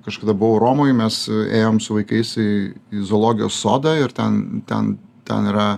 kažkada buvau romoj mes ėjom su vaikais į į zoologijos sodą ir ten ten ten yra